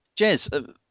Jez